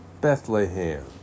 Bethlehem